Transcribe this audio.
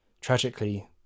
Tragically